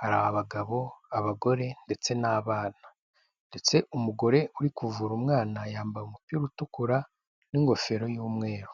Hari abagabo, abagore, ndetse n'abana. Ndetse umugore uri kuvura umwana yambaye umupira utukura n'ingofero y'umweru.